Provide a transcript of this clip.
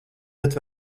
bet